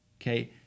okay